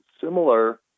similar